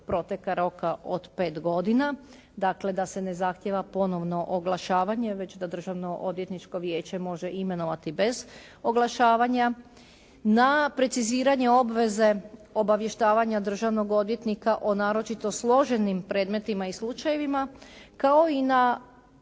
proteka roka od pet godina, dakle da se ne zahtijeva ponovno oglašavanje već da Državno odvjetničko vijeće može imenovati bez oglašavanja, na preciziranje obveze obavještavanja državnog odvjetnika o naročito složenim predmetima i slučajevima kao i na